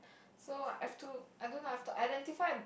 so I have to I don't have to identify